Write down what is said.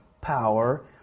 power